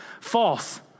False